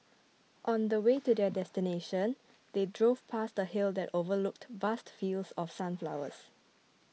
on the way to their destination they drove past a hill that overlooked vast fields of sunflowers